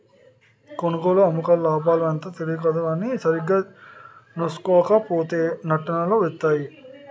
కొనుగోలు, అమ్మకాల్లో లాభమెంతో తెలియదు కానీ సరిగా సూసుకోక పోతో నట్టాలే వొత్తయ్